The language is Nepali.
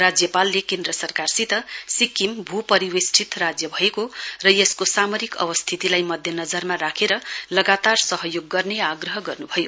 राज्यपालले केन्द्र सरकारसित सिक्किम भूपरिवेष्टित राज्य भएको र यसको सामरिक अवस्थितिलाई मध्य नगरमा राखेर लगातार सहयोग गर्ने आग्रह गर्नु भयो